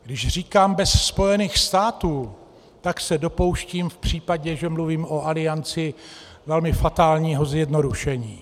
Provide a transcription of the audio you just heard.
Když říkám bez Spojených států, tak se dopouštím v případě, že mluvím o Alianci, velmi fatálního zjednodušení.